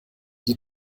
die